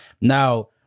Now